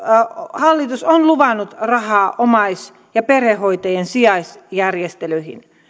hallitus on luvannut rahaa omais ja perhehoitajien sijaisjärjestelyihin